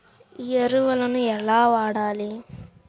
ఎరువులను ఎలా వాడాలి?